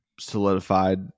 solidified